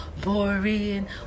boring